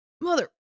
mother